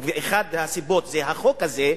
ואחת הסיבות זה החוק הזה,